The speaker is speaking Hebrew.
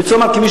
אני רוצה לומר,